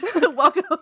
Welcome